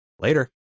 Later